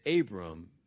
Abram